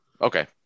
Okay